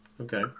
Okay